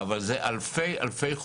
זה בוודאי.